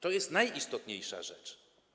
To jest najistotniejsza rzecz.